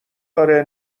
داره